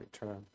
return